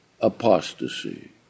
apostasy